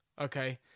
okay